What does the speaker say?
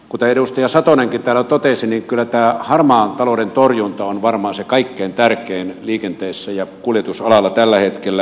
kuten edustaja satonenkin täällä totesi niin kyllä tämä harmaan talouden torjunta on varmaan se kaikkein tärkein liikenteessä ja kuljetusalalla tällä hetkellä